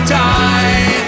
die